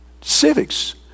Civics